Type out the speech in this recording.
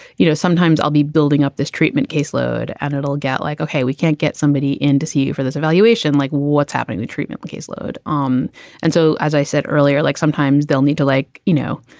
you know, sometimes i'll be building up this treatment caseload and it'll get like, okay, we can't get somebody in to see you for this evaluation, like what's happening, the treatment caseload. um and so, as i said earlier, like, sometimes they'll need to like, you know,